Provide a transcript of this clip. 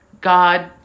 God